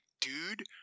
dude